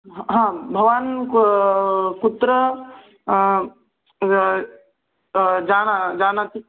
हा भवान् कु कुत्र जाना जानाति